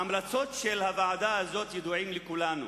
ההמלצות של הוועדה הזאת ידועות לכולנו.